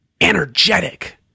energetic